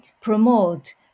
promote